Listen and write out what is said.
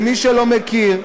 למי שלא מכיר,